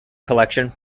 collection